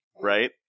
Right